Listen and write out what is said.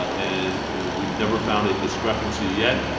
and and we've never found a discrepancy yet.